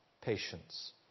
patience